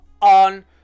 on